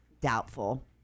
Doubtful